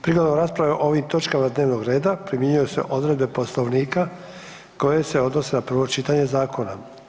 Prigodom rasprave o ovim točkama dnevnog reda primjenjuju se odredbe Poslovnika koje se odnose na prvo čitanje zakona.